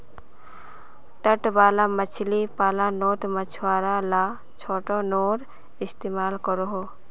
तट वाला मछली पालानोत मछुआरा ला छोटो नओर इस्तेमाल करोह